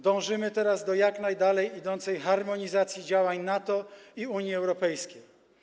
Dążymy teraz do jak najdalej idącej harmonizacji działań NATO i Unii Europejskiej.